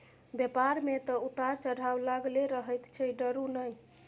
बेपार मे तँ उतार चढ़ाव लागलै रहैत छै डरु नहि